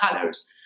colors